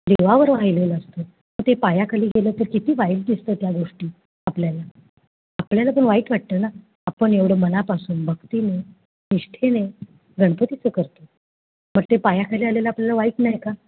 देवावर वाहिलेलं असतं ते पायाखाली गेलं तर किती वाईट दिसतं त्या गोष्टी आपल्याला आपल्याला पण वाईट वाटतं ना आपण एवढं मनापासून भक्तीने निष्ठेने गणपतीचं करतो मग ते पायाखाली आलेलं आपल्याला वाईट नाही का